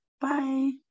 Bye